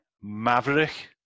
Maverick